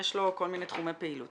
יש לו כל מיני תחומי פעילות.